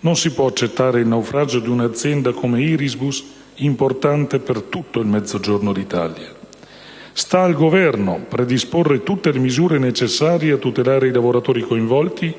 Non si può accettare il naufragio di una azienda come Irisbus, importante per tutto il Mezzogiorno d'Italia. Sta al Governo predisporre tutte le misure necessarie a tutelare i lavoratori coinvolti